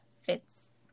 fits